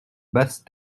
basse